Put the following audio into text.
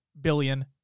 billion